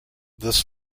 this